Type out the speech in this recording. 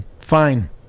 Fine